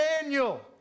Daniel